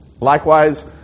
likewise